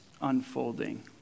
unfolding